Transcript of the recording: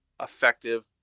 effective